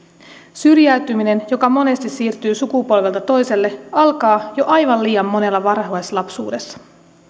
syrjäytyminen joka monesti siirtyy sukupolvelta toiselle alkaa jo aivan liian monella varhaislapsuudessa